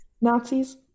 Nazis